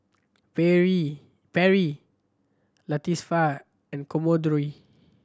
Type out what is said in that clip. Perri Latifah and Commodore